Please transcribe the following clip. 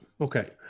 Okay